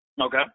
Okay